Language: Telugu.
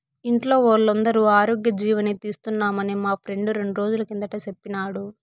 ఇంట్లో వోల్లందరికీ ఆరోగ్యజీవని తీస్తున్నామని మా ఫ్రెండు రెండ్రోజుల కిందట సెప్పినాడు